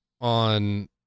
on